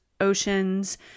oceans